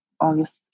August